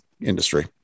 industry